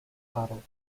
гарав